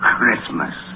Christmas